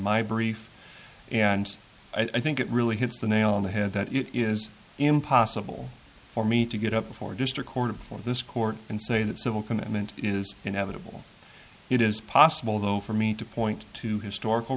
my brief and i think it really hits the nail on the head that it is impossible for me to get up before district court for this court and say that civil commitment is inevitable it is possible though for me to point to historical